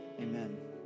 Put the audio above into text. Amen